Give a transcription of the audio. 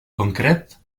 concret